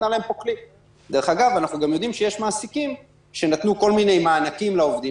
אנחנו יודעים את זה, כי חלקם גם אמרו לנו את זה.